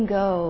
go